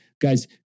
Guys